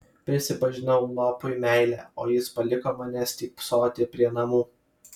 prisipažinau lopui meilę o jis paliko mane stypsoti prie namų